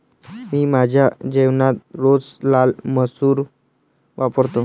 मी माझ्या जेवणात रोज लाल मसूर वापरतो